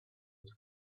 was